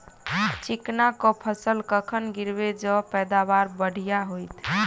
चिकना कऽ फसल कखन गिरैब जँ पैदावार बढ़िया होइत?